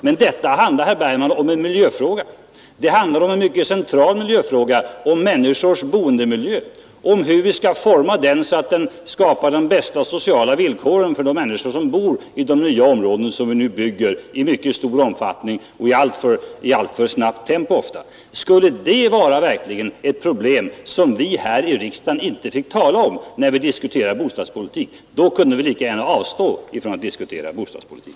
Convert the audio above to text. Men det handlar, herr Bergman, om hur människors boendemiljö skall formas, hur vi skapar bästa möjliga sociala villkor för de människor som skall bo i de nya områden vi nu bygger i stor omfattning och ofta i alltför snabbt tempo. Skulle vi verkligen inte få tala om detta problem i den bostadspolitiska debatten? Då kan vi lika gärna avstå från att diskutera bostadspolitik.